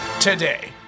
Today